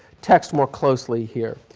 text more closely here.